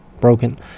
broken